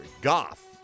Goff